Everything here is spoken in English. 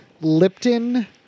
Lipton